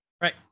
Right